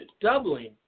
Doubling